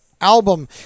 album